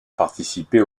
participer